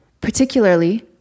particularly